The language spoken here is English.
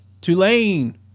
Tulane